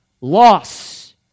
loss